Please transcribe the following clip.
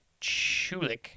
Chulik